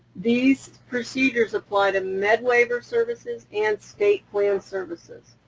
these procedures apply to med waiver services and state waive services,